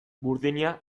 burdina